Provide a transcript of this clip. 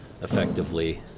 effectively